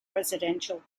residential